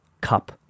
Cup